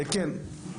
כן.